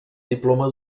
diploma